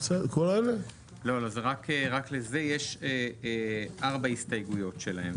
רק לזה יש 4 הסתייגויות שלהם,